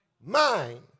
mind